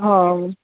હ